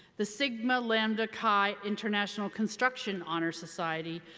the sigma lambda chi international construction honor society,